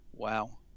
Wow